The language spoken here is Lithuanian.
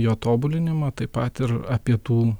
jo tobulinimą taip pat ir apie tų